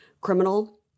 criminal